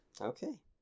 Okay